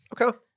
okay